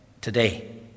today